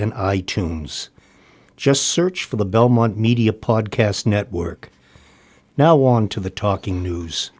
and tunes just search for the belmont media podcast network now on to the talking news